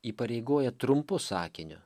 įpareigoja trumpu sakiniu